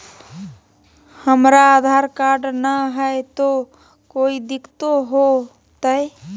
हमरा आधार कार्ड न हय, तो कोइ दिकतो हो तय?